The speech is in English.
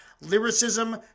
Lyricism